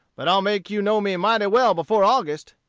but i'll make you know me mighty well before august.